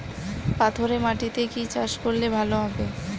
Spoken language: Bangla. পাথরে মাটিতে কি চাষ করলে ভালো হবে?